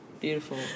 beautiful